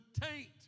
taint